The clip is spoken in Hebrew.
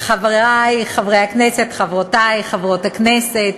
חברי חברי הכנסת, חברותי חברות הכנסת,